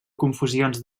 confusions